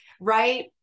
right